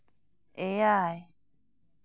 ᱮᱭᱟᱭ